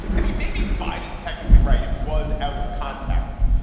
i mean, maybe biden is technically right. it was out of context,